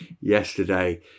yesterday